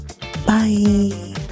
Bye